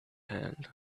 hand